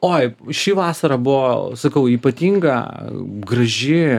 oi ši vasara buvo sakau ypatinga graži